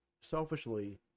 selfishly